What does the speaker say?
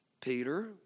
Peter